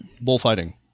bullfighting